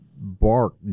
bark